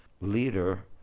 leader